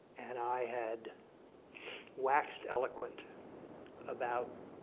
and i had waxed eloquent about